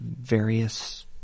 various